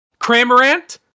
Cramorant